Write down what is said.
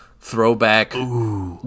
throwback